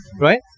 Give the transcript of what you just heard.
right